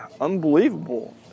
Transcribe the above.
unbelievable